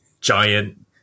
giant